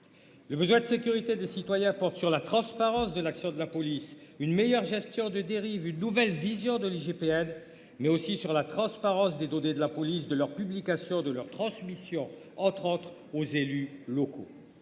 le besoin de sécurité des citoyens portent sur la transparence de l'action de la police, une meilleure gestion de dérive une nouvelle vision de l'IGPN mais aussi sur la transparence des données de la police de leur publication de leur transmission entrante aux élus locaux.